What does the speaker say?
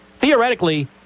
Theoretically